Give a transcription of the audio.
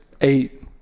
eight